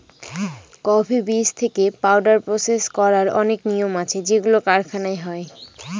coffee বীজ থেকে powder process করার অনেক নিয়ম আছে যেগুলো কারখানায় হয়